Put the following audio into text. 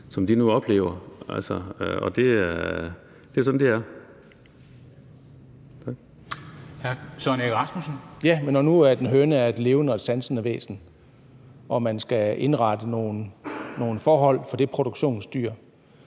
som de nu oplever, og det er sådan, det er.